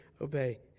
obey